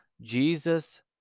Jesus